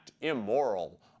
immoral